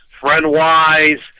Friendwise